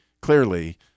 clearly